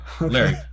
Larry